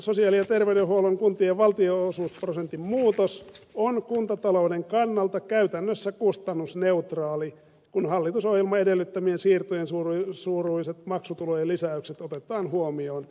sosiaali ja terveydenhuollon kuntien valtionosuusprosentin muutos on kuntatalouden kannalta käytännössä kustannusneutraali kun hallitusohjelman edellyttämien siirtojen suuruiset maksutulojen lisäykset otetaan huomioon